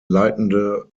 leitende